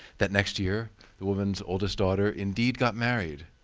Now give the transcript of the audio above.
that next year that woman's oldest daughter indeed got married.